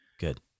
Good